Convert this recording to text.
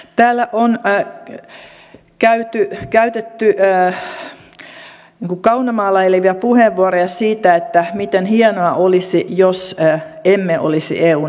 täällä on käytetty kaunomaalailevia puheenvuoroja siitä miten hienoa olisi jos emme olisi eun jäseniä